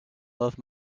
love